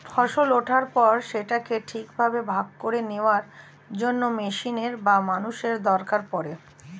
ফসল ওঠার পর সেটাকে ঠিকভাবে ভাগ করে নেওয়ার জন্য মেশিনের বা মানুষের দরকার পড়ে